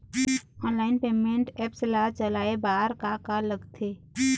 Online payment apps ला चलाए बार का का लगथे?